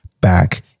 back